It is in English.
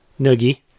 noogie